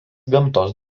gamtos